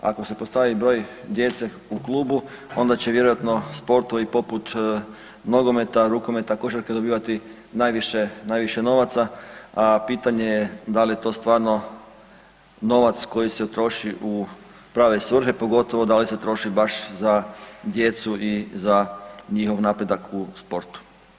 Ako se postavi broj djece u klubu onda će vjerojatno sportovi poput nogometa, rukometa, košarke dobivati najviše novaca, a pitanje je da li je to stvarno novac koji se utroši u prave svrhe, pogotovo da li se troši baš za djecu i za njihov napredak u sportu.